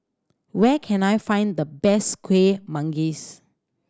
where can I find the best Kuih Manggis